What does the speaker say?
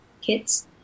kids